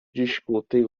discutem